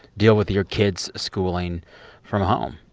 deal with your kids schooling from home?